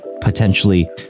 potentially